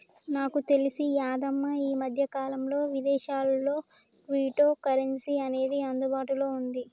నాకు తెలిసి యాదమ్మ ఈ మధ్యకాలంలో విదేశాల్లో క్విటో కరెన్సీ అనేది అందుబాటులో ఉంది